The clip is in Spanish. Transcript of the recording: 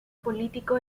político